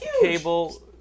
cable